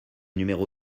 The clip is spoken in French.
numéro